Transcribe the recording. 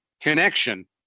connection